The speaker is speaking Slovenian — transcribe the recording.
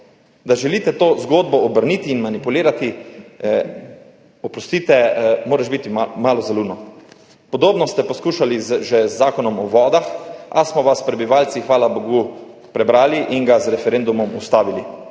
Da želite to zgodbo obrniti in manipulirati, oprostite, moraš biti malo za luno. Podobno ste poskušali že z Zakonom o vodah, a smo vas prebivalci, hvala bogu, prebrali in ga z referendumom ustavili.